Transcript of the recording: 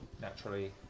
Naturally